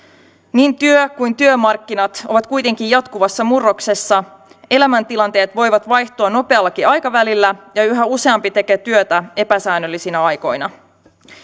niin työ kuin työmarkkinat ovat kuitenkin jatkuvassa murroksessa elämäntilanteet voivat vaihtua nopeallakin aikavälillä ja yhä useampi tekee työtä epäsäännöllisinä aikoina